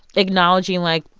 acknowledging, like,